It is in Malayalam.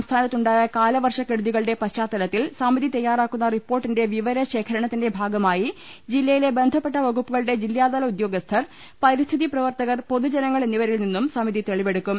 സംസ്ഥാനത്തുണ്ടായ കാലവർഷക്കെടുതി കളുടെ പശ്ചാത്തലത്തിൽ സമിതി തയ്യാറാക്കുന്ന റിപ്പോർട്ടിന്റെ വിവരശേഖരണത്തിന്റെ ഭാഗമായി ജില്ലയിലെ ബന്ധപ്പെട്ട വകുപ്പുകളുടെ ജില്ലാതല ഉദ്യോഗസ്ഥർ പരിസ്ഥിതി പ്രവർത്തകർ പൊതുജനങ്ങൾ എന്നിവരിൽ നിന്നും സമിതി തെളിവെടുക്കും